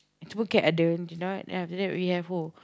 is to put Kat ada then after that we have who